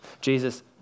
Jesus